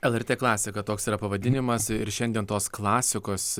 lrt klasika toks yra pavadinimas ir šiandien tos klasikos